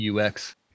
UX